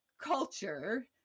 culture